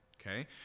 okay